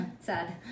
sad